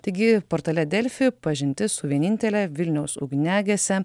taigi portale delfi pažintis su vienintele vilniaus ugniagesia